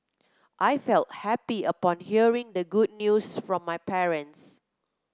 I felt happy upon hearing the good news from my parents